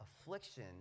Affliction